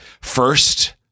first